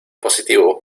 positivo